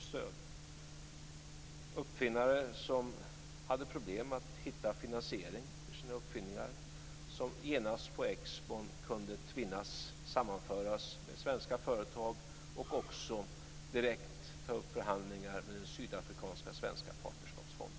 Det var fråga om uppfinnare som hade problem med finansiering för sina uppfinningar, som på Expon kunde "twinnas", sammanföras, med svenska företag och direkt ta upp förhandlingar med den sydafrikanskasvenska partnerskapsfonden.